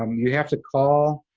um you have to call,